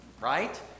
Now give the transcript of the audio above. right